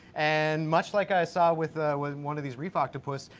and much like i saw with with one of these reef octopus,